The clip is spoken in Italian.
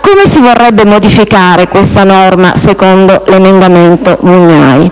Come si vorrebbe modificare questa norma secondo l'emendamento Mugnai?